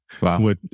Wow